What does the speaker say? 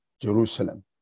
Jerusalem